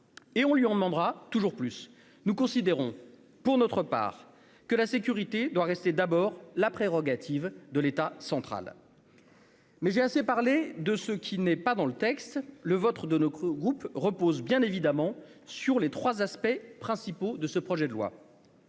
et on lui en demandera toujours plus nous considérons pour notre part que la sécurité doit rester d'abord la prérogative de l'État central. Mais j'ai assez parlé de ce qui n'est pas dans le texte, le vôtre de notre groupe repose bien évidemment sur les 3 aspects principaux de ce projet de loi